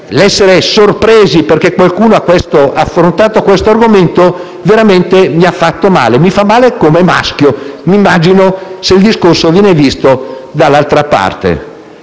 l'essere sorpresi perché qualcuno ha affrontato questo argomento, mi ha fatto veramente male. Mi fa male come maschio, posso immaginare se il discorso viene visto dall'altra parte.